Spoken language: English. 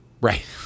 Right